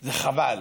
זה חבל.